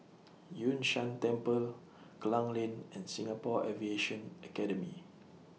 Yun Shan Temple Klang Lane and Singapore Aviation Academy